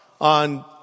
on